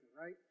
right